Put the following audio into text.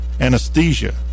anesthesia